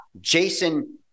Jason